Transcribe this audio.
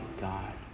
God